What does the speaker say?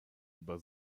über